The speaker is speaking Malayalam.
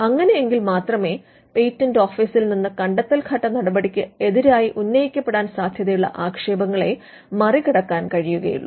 അങ്ങെനെയെങ്ങിൽ മാത്രമേ പേറ്റന്റ് ഓഫീസിൽ നിന്ന് കണ്ടെത്തൽ ഘട്ട നടപടിക്ക് എതിരായി ഉന്നയിക്കപ്പെടാൻ സാധ്യതയുള്ള ആക്ഷേപങ്ങളെ മറികടക്കാൻ കഴിയുകയുള്ളു